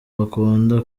bakunda